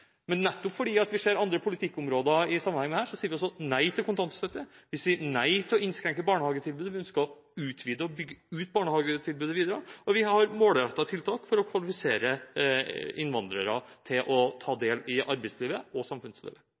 Men nettopp fordi vi ser andre politikkområder i sammenheng, sier vi nei til kontantstøtte, og vi sier nei til å innskrenke barnehagetilbudet. Vi ønsker å utvide og bygge ut barnehagetilbudet videre, og vi har målrettede tiltak for å kvalifisere innvandrere til å ta del i arbeidslivet og samfunnslivet.